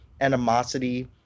animosity